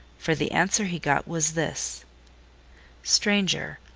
for the answer he got was this stranger,